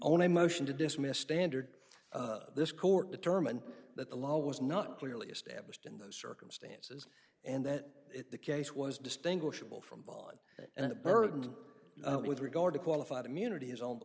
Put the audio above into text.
only a motion to dismiss standard this court determined that the law was not clearly established in those circumstances and that the case was distinguishable from blood and the burden with regard to qualified immunity is o